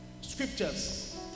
scriptures